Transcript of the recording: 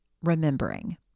remembering